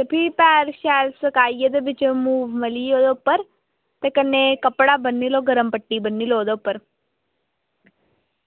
ते फिर शैल पैर सुकाइयै ते मूव मलियै उप्पर ते कन्नै कपड़ा बन्नी लैओ ते गर्म पट्टी ब'न्नी लैओ उप्पर